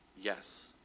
Yes